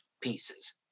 pieces